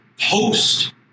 post